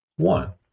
one